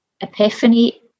epiphany